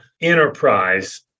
enterprise